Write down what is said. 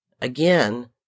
again